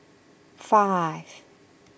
five